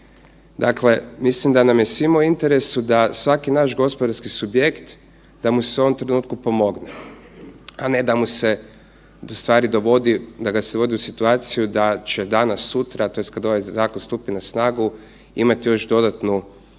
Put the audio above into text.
Dakle, mislim da nam je svima u interesu da svaki naš gospodarski subjekt da mu se u ovom trenutku pomogne, a ne da ga se vodi u situaciju da će danas sutra, tj. kad ovaj zakon stupi na snagu imati još dodatnu